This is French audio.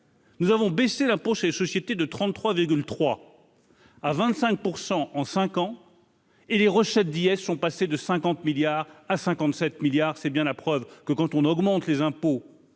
Nous avons baissé la poche et les sociétés de 33 3 à 25 % en 5 ans et les recettes d'IS sont passés de 50 milliards à 57 milliards, c'est bien la preuve que quand on augmente les impôts,